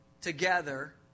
together